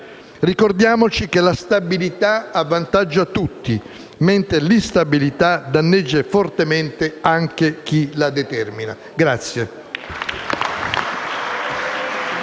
Ricordiamoci che la stabilità avvantaggia tutti, mentre l'instabilità danneggia fortemente anche chi la determina.*(Applausi